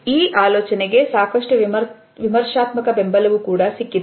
ಈ ಆಲೋಚನೆಗೆ ಸಾಕಷ್ಟು ವಿಮರ್ಶಾತ್ಮಕ ಬೆಂಬಲವು ಕೂಡ ಸಿಕ್ಕಿದೆ